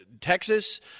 Texas